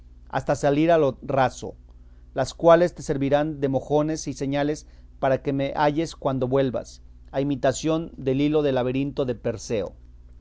hasta salir a lo raso las cuales te servirán de mojones y señales para que me halles cuando vuelvas a imitación del hilo del laberinto de teseo